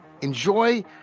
Enjoy